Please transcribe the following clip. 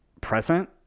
present